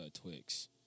Twix